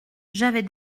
j’avais